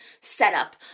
setup